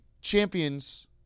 champions